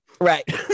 Right